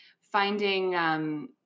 Finding